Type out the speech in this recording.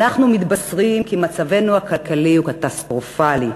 אנחנו מתבשרים כי מצבנו הכלכלי קטסטרופלי,